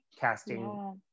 casting